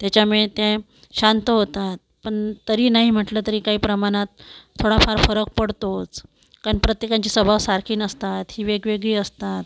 त्याच्यामुळे ते शांत होतात पण तरीही नाही म्हटलं तरी काही प्रमाणात थोडा फार फरक पडतोच कारण प्रत्येकांचे स्वभाव सारखी नसतात ही वेगवेगळी असतात